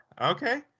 Okay